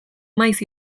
maiz